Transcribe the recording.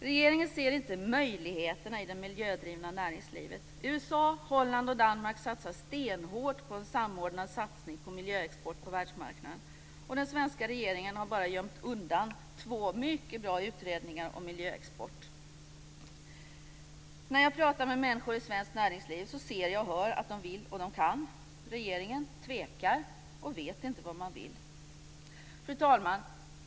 Regeringen ser inte möjligheterna i det miljödrivna näringslivet. USA, Holland och Danmark satsar stenhårt på en samordnad satsning på miljöexport på världsmarknaden, och den svenska regeringen har helt enkelt gömt undan två mycket bra utredningar om miljöexport. När jag pratar med människor i svenskt näringsliv ser och hör jag att de vill och kan. Regeringen tvekar och vet inte vad man vill. Fru talman!